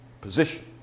position